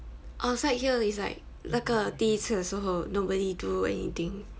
our side here is like 那个第一次的时候 nobody do anything